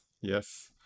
Yes